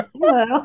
Hello